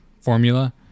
formula